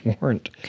warrant